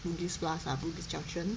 bugis plus ah bugis junction